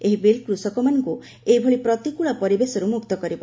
ଏହି ବିଲ୍ କୃଷକମାନଙ୍କୁ ଏଭଳି ପ୍ରତିକୂଳ ପରିବେଶରୁ ମୁକ୍ତ କରିବ